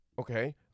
okay